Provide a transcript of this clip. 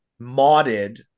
modded